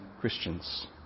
Christians